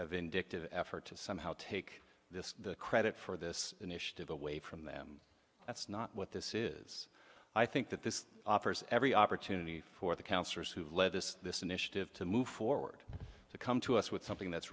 a vindictive effort to somehow take the credit for this initiative away from them that's not what this is i think that this offers every opportunity for the councillors who have led this this initiative to move forward to come to us with something that's